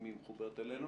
אם היא מחוברת אלינו.